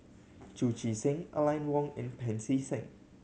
Chu Chee Seng Aline Wong and Pancy Seng